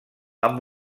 amb